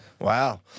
Wow